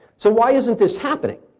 so why isn't this happening?